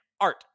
art